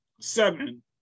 seven